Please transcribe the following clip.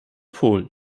polen